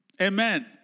Amen